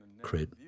create